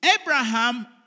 Abraham